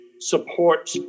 support